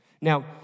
Now